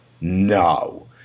no